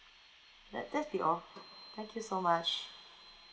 that that will be all thank you so much